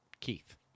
Keith